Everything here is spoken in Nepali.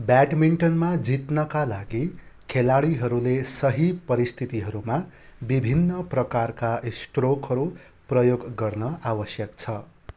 ब्याडमिन्टनमा जित्नका लागि खेलाडीहरूले सही परिस्थितिहरूमा विभिन्न प्रकारका स्ट्रोकहरू प्रयोग गर्न आवश्यक छ